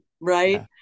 Right